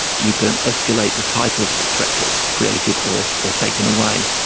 you can escalate the type of threats that is created or or taken away.